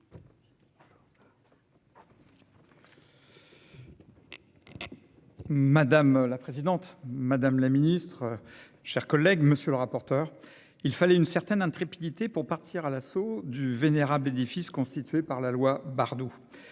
Madame la présidente, madame la ministre, mes chers collègues, il fallait une certaine intrépidité pour partir à l'assaut du vénérable édifice constitué par la loi Bardoux.